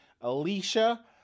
Alicia